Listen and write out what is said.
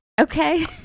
Okay